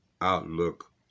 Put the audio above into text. outlook